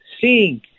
sing